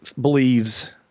believes